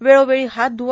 वेळोवेळी हात ध्वा